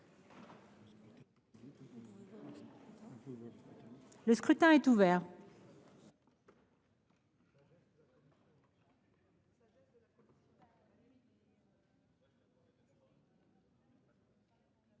Le scrutin est ouvert.